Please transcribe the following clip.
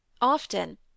Often